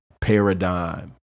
paradigm